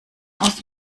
aus